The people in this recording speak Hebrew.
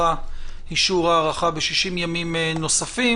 אישור הארכה ב-60 ימים נוספים.